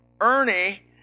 Ernie